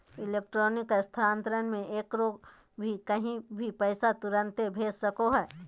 electronic स्थानान्तरण मे केकरो भी कही भी पैसा तुरते भेज सको हो